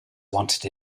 wanted